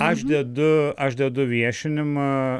aš dedu aš dedu viešinimą